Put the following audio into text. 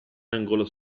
angolo